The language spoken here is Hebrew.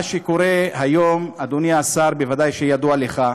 מה שקורה היום, אדוני השר, בוודאי ידוע לך,